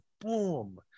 boom